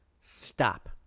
stop